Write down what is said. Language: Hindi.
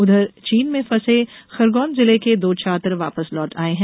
उधर चीन में फंसे खरगौन जिले के दो छात्र वापस लौट आये हैं